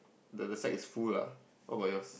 the the side is full ah what about yours